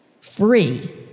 Free